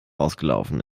ausgelaufen